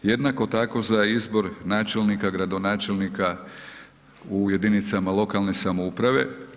Jednako tako za izbor načelnika, gradonačelnika u jedinicama lokalne samouprave.